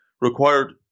required